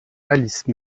alice